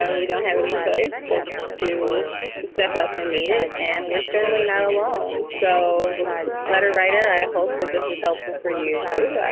so we don't have any choice but to to step up and meet it. and we're certainly not alone. so letter writer, i hope that this was helpful for you.